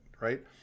Right